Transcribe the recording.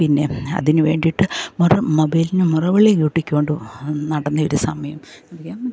പിന്നെ അതിന് വേണ്ടിയിട്ട് മൊബൈലിന് മുറവിളി കൂട്ടിക്കൊണ്ടു നടന്ന ഒരു സമയം